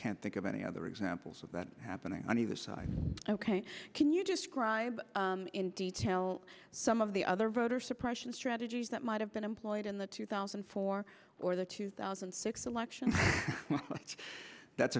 can't think of any other examples of that happening on either side ok can you describe in detail some of the other voter suppression strategies that might have been employed in the two thousand and four or the two thousand and six election that's